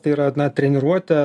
tai yra na treniruotę